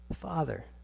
Father